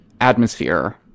atmosphere